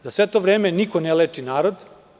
Za sve to vreme niko ne leči narod.